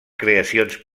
creacions